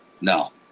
No